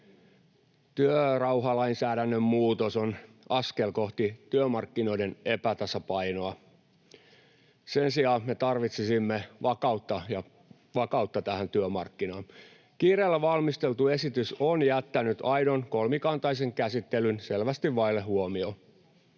Työrauhalainsäädännön muutos on askel kohti työmarkkinoiden epätasapainoa, sen sijaan me tarvitsisimme vakautta tähän työmarkkinaan. Kiireellä valmisteltu esitys on jättänyt aidon kolmikantaisen käsittelyn selvästi vaille huomiota.